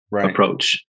approach